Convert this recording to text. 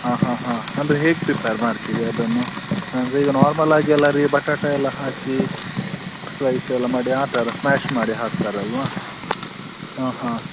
ಹಾಂ ಹಾಂ ಹಾಂ ಅಂದರೆ ಹೇಗೆ ಪ್ರಿಪೇರ್ ಮಾಡ್ತೀರಿ ಅದನ್ನು ಅಂದ್ರೆ ಈಗ ನಾರ್ಮಲಾಗಿ ಎಲ್ಲ ರೀ ಬಟಾಟೆ ಎಲ್ಲ ಹಾಕಿ ಸ್ಲೈಸೆಲ್ಲ ಮಾಡಿ ಆ ಥರ ಸ್ಮಾಶ್ ಮಾಡಿ ಹಾಕ್ತಾರಲ್ಲವ ಹಾಂ ಹಾಂ